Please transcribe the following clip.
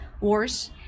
wars